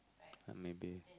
maybe